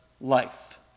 life